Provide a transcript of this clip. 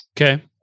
Okay